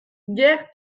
guerre